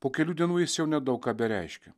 po kelių dienų jis jau nedaug ką bereiškia